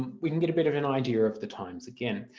we can get a bit of an idea of the times again.